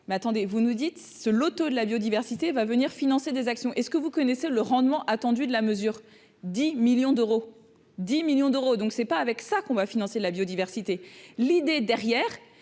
mais attendez, vous nous dites ce Loto de la biodiversité va venir financer des actions est-ce que vous connaissez le rendement attendu de la mesure 10 millions d'euros, 10 millions d'euros, donc c'est pas avec ça qu'on va financer la biodiversité, l'idée derrière